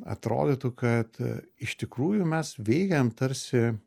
atrodytų kad iš tikrųjų mes veikiam tarsi